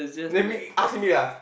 then make ask him here ah